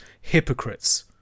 hypocrites